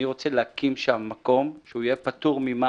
אני רוצה להקים שם מקום שיהיה פטור ממע"מ,